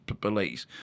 police